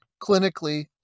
clinically